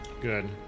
Good